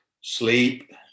sleep